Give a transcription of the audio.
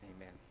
Amen